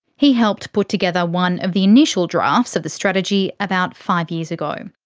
he helped put together one of the initial drafts of the strategy about five years ago.